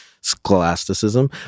scholasticism